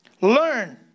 Learn